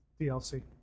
DLC